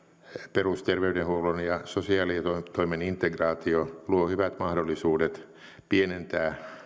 perusterveydenhuollon ja sosiaalitoimen integraatio luo hyvät mahdollisuudet pienentää